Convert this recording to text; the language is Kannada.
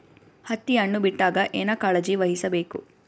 ಹತ್ತಿ ಹಣ್ಣು ಬಿಟ್ಟಾಗ ಏನ ಕಾಳಜಿ ವಹಿಸ ಬೇಕು?